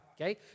okay